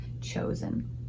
chosen